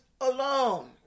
alone